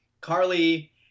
Carly